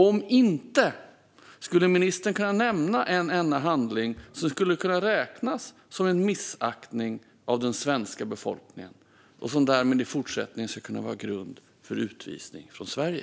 Om inte, skulle ministern kunna nämna en enda handling som skulle kunna räknas som en missaktning av den svenska befolkningen och som därmed i fortsättningen skulle kunna utgöra grund för utvisning från Sverige?